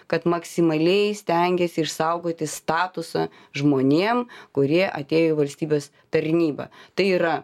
kad maksimaliai stengiasi išsaugoti statusą žmonėm kurie atėjo į valstybės tarnybą tai yra